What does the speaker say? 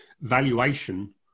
valuation